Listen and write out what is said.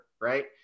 Right